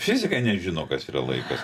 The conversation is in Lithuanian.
fizikai nežino kas yra laikas